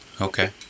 okay